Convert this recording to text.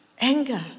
anger